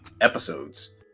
episodes